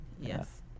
yes